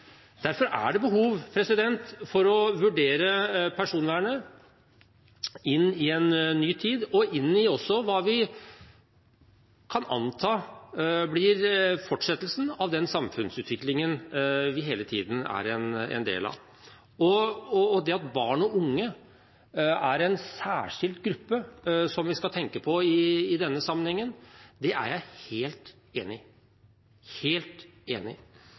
Derfor er det behov for å vurdere personvernet inn i en ny tid og også inn i hva vi kan anta blir fortsettelsen av den samfunnsutviklingen vi hele tiden er en del av. Det at barn og unge er en særskilt gruppe vi skal tenke på i denne sammenheng, er jeg helt enig